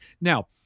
Now